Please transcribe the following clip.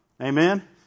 Amen